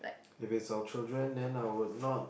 if it's our children then I would not